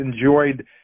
enjoyed